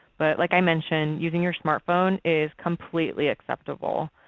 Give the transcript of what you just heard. but like i mentioned, using your smart phone is completely acceptable.